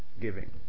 giving